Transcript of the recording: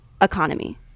economy